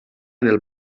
del